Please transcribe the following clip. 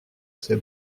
ses